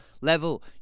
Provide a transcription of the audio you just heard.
level